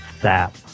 sap